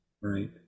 Right